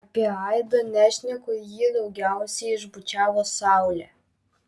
apie aidą nešneku jį daugiausiai išbučiavo saulė